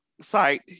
site